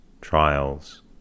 trials